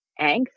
angst